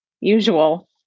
usual